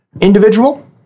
individual